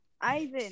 Ivan